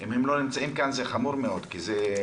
ואם הם לא נמצאים כאן זה חמור מאוד כי הם